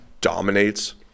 dominates